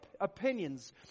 opinions